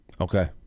Okay